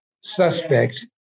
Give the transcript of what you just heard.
suspect